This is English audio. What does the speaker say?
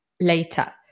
later